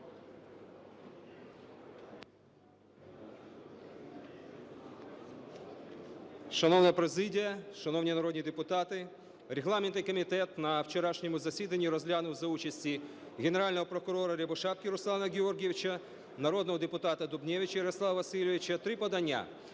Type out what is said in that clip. Шановна президія, шановні народні депутати, регламентний комітет на вчорашньому засіданні розглянув за участі Генерального прокурора Рябошапки Руслана Георгійовича, народного депутата Дубневича Ярослава Васильовича три подання